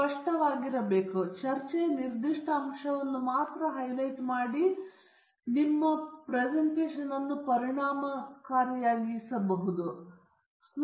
ನಿಮ್ಮ ಚರ್ಚೆಯ ನಿರ್ದಿಷ್ಟ ಅಂಶವನ್ನು ಹೈಲೈಟ್ ಮಾಡಲು ನೀವು ವಿಶೇಷ ಪರಿಣಾಮಗಳನ್ನು ಬಳಸಬಹುದು ಆದರೆ ನೀವು ಎಷ್ಟು ವಿಶೇಷ ಪರಿಣಾಮಗಳನ್ನು ಬಳಸುತ್ತೀರಿ ಎಂಬುದರ ಕುರಿತು ನೀವು ನ್ಯಾಯಸಮ್ಮತರಾಗಿರಬೇಕು ಏಕೆಂದರೆ ಅದು ಅತೀವವಾಗಿ ಗಮನವನ್ನು ಸೆಳೆಯಬಲ್ಲದು